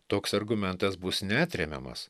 toks argumentas bus neatremiamas